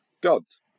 Gods